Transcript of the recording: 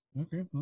Okay